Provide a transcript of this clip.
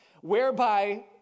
Whereby